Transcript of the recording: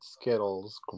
Skittles